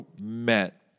met